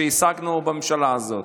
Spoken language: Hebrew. שהשגנו בממשלה הזאת.